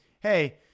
hey